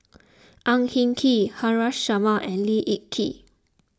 Ang Hin Kee Haresh Sharma and Lee Kip Lee